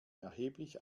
erheblich